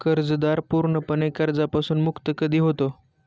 कर्जदार पूर्णपणे कर्जापासून मुक्त कधी होतो?